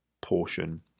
portion